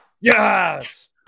Yes